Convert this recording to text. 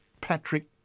Patrick